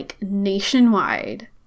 nationwide